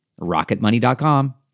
Rocketmoney.com